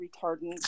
retardant